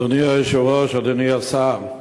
אדוני היושב-ראש, אדוני השר,